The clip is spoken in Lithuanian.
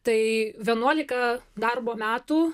tai vienuolika darbo metų